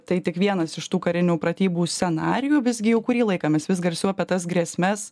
tai tik vienas iš tų karinių pratybų scenarijų visgi jau kurį laiką mes vis garsiau apie tas grėsmes